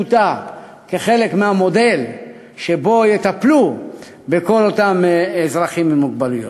אותה כחלק מהמודל שבו יטפלו בכל אותם אזרחים עם מוגבלויות.